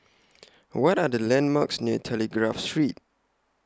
What Are The landmarks near Telegraph Street